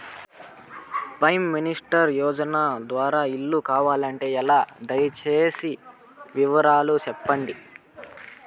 Prime minister యోజన ద్వారా ఇల్లు కావాలంటే ఎలా? దయ సేసి వివరాలు సెప్పండి?